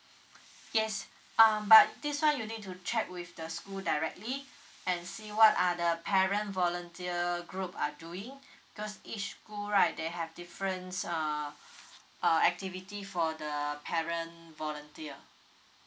yes um but this [one] you need to check with the school directly and see what are the parent volunteer group are doing because each school right they have different uh uh activity for the parent volunteer